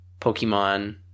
pokemon